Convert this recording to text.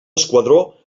esquadró